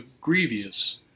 grievous